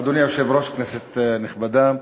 אדוני היושב-ראש, כנסת נכבדה,